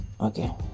Okay